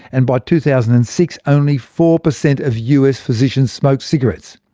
and by two thousand and six, only four percent of us physicians smoked cigarettes.